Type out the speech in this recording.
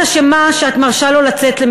את אשמה שאת מרשה לו כל הזמן לצאת.